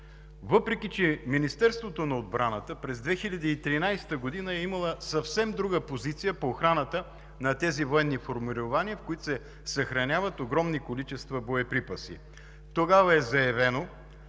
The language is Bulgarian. въпреки че Министерството на отбраната през 2013 г. е имало съвсем друга позиция по охраната на тези военни формирования, в които се съхраняват огромни количества боеприпаси. Тогава е заявено,